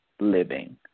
living